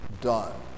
done